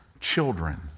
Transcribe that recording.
children